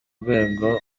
rwego